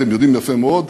אתם יודעים יפה מאוד,